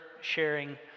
sharing